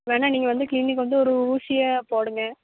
வேணுணா நீங்கள் வந்து க்ளீனிக்கு வந்து ஒரு ஊசியை போடுங்க